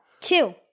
Two